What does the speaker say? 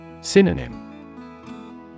Synonym